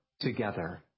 together